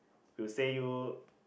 will say you